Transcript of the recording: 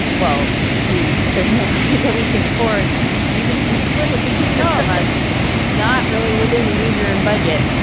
well, we there's no way that we can afford three even if we split it between all of us. it's not really within a newsroom budget.